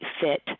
fit